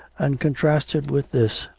and contrasted with this.